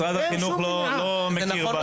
משרד החינוך לא מכיר בסמכות.